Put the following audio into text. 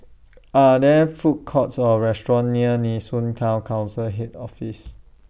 Are There Food Courts Or restaurants near Nee Soon Town Council Head Office